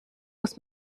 muss